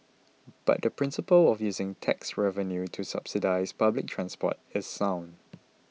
but the principle of using tax revenue to subsidise public transport is sound